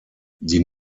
die